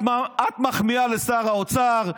את מחמיאה לשר האוצר,